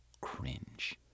cringe